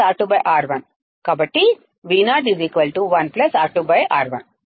కాబట్టి Vo 1 R2 R1